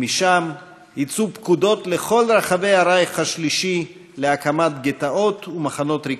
ומשם יצאו פקודות לכל רחבי הרייך השלישי להקמת גטאות ומחנות ריכוז,